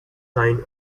sign